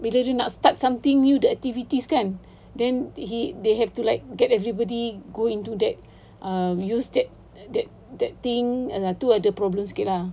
bila dia nak start something new activities kan then he they have to like everybody go into that uh use that that thing tu ada problem sikit lah